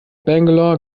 bangalore